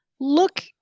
look